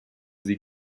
sie